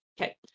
okay